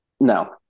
No